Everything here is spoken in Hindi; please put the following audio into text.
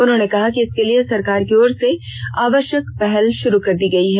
उन्होंने कहा कि इसके लिए सरकार की ओर से आवष्यक पहल ष्रू कर दी है